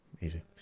easy